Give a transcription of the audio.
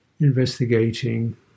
investigating